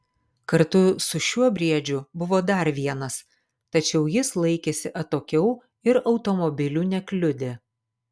kartu su šiuo briedžiu buvo dar vienas tačiau jis laikėsi atokiau ir automobilių nekliudė